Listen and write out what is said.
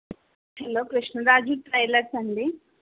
hello Krishnaraju tailors అండి